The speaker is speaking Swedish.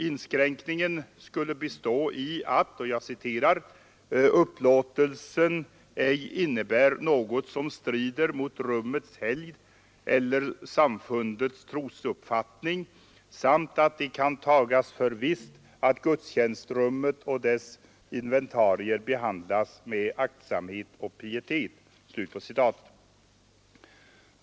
Inskränkningen skulle bestå i att ”upplåtelsen ej innebär något som strider mot rummets helgd eller samfundets trosuppfattning samt att det kan tagas för visst att gudstjänstrummet och dess inventarier behandlas med aktsamhet och pietet”.